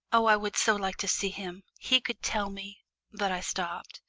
oh, i would so like to see him. he could tell me but i stopped.